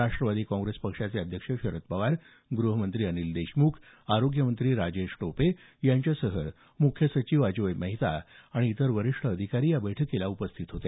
राष्ट्रवादी काँग्रेस पक्षाचे अध्यक्ष शरद पवार गृहमंत्री अनिल देशमुख आरोग्यमंत्री राजेश टोपे यांच्यासह मुख्य सचिव अजोय मेहता आणि इतर वरिष्ठ अधिकारी या बैठकीला उपस्थित होते